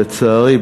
לצערי,